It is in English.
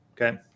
Okay